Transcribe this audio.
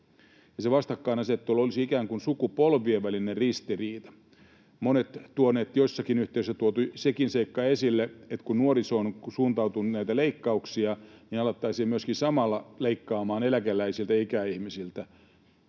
se vastakkainasettelu olisi ikään kuin sukupolvien välinen ristiriita. Joissakin yhteyksissä on tuotu esille sekin seikka, että kun nuorisoon on suuntautunut näitä leikkauksia, niin alettaisiin myöskin samalla leikkaamaan eläkeläisiltä ja ikäihmisiltä